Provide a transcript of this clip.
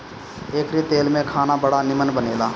एकरी तेल में खाना बड़ा निमन बनेला